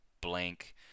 blank